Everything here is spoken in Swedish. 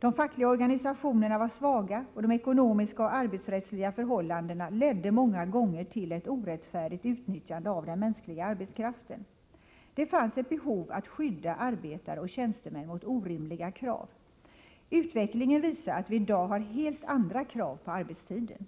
De fackliga organisationerna var svaga, och de ekonomiska och arbetsrättsliga förhållandena ledde många gånger till ett orättfärdigt utnyttjande av den mänskliga arbetskraften. Det fanns ett behov av att skydda arbetare och tjänstemän mot orimliga krav. Utvecklingen visar att vi i dag har helt andra krav på arbetstiden.